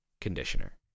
conditioner